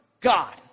God